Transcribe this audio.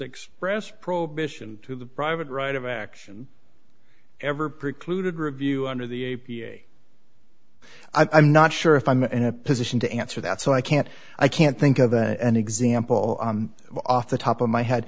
expressed prohibition to the private right of action ever precluded review under the a p a i'm not sure if i'm in a position to answer that so i can't i can't think of an example of off the top of my head